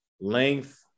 length